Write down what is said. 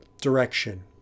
direction